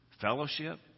fellowship